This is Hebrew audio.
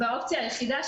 והאופציה היחידה,